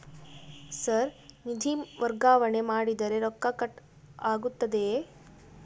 Sir ನಿಧಿ ವರ್ಗಾವಣೆ ಮಾಡಿದರೆ ರೊಕ್ಕ ಕಟ್ ಆಗುತ್ತದೆಯೆ?